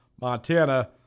Montana